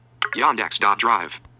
Yandex.Drive